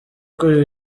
kuri